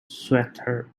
sweater